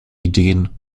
ideen